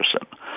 person